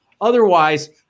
Otherwise